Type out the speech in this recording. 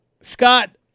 Scott